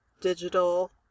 digital